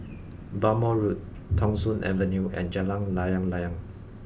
Bhamo Road Thong Soon Avenue and Jalan Layang Layang